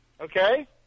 Okay